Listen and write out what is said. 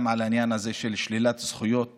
גם על העניין הזה של שלילת זכויות